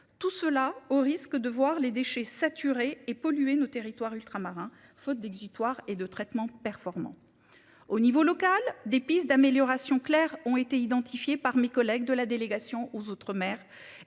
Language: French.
tout cela au risque de voir les déchets saturée et polluer nos territoires ultramarins faute d'exutoire et de traitements performants. Au niveau local des pistes d'améliorations claires ont été identifiées par mes collègues de la délégation aux outre-mer